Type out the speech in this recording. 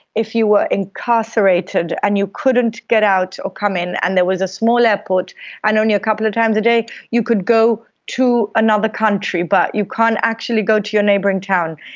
if you were incarcerated and you couldn't get out or come in and there was a small airport and only a couple of times a day you could go to another country, but you can't actually go to your neighbouring town.